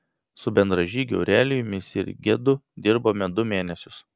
su bendražygiu aurelijumi sirgedu dirbome du mėnesius